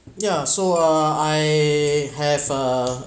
yeah so uh I have uh